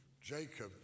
Jacob